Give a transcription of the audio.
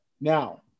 Now